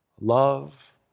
love